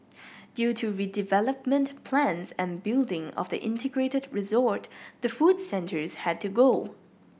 due to redevelopment plans and building of the integrated resort the food centres had to go